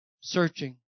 searching